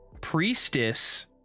priestess